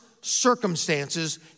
circumstances